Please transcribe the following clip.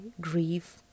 grieve